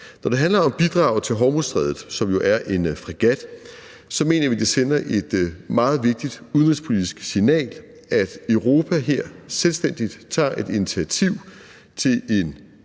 Når det handler om bidraget til Hormuzstrædet, som jo er en fregat, mener vi, at det sender et meget vigtigt udenrigspolitisk signal, at Europa her selvstændigt tager et initiativ til en